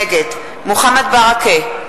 נגד מוחמד ברכה,